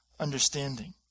understanding